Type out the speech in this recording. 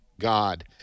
God